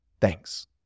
Thanks